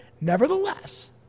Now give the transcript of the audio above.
Nevertheless